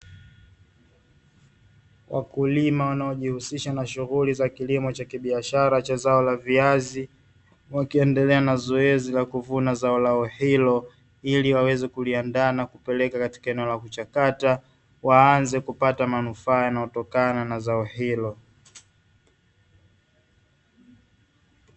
Wakulima wanaojihusisha na shughuli za kilimo cha kibiashara cha zao la viazi, wakiendelea na zoezi la kuvuna zao lao hilo, ili waweze kuliandaa na kupeleka katika eneo la kuchakata waanze kupata manufaa yanayotokana na zao hilo.